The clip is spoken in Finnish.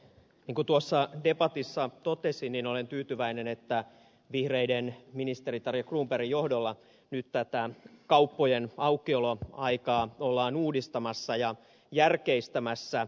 niin kuin tuossa debatissa totesin olen tyytyväinen että vihreiden ministeri tarja cronbergin johdolla nyt tätä kauppojen aukioloaikaa ollaan uudistamassa ja järkeistämässä